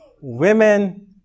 Women